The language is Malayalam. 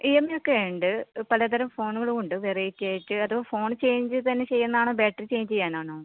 ഇ എം ഐ ഒക്കെ ഉണ്ട് പലതരം ഫോണുകളും ഉണ്ട് വെറൈറ്റി ആയിട്ട് അത് ഫോണ് ചേഞ്ച് തന്നെ ചെയ്യുന്നാണോ ബാറ്ററി ചേഞ്ച് ചെയ്യാനാണോ